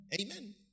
Amen